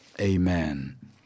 amen